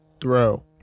throw